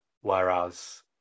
whereas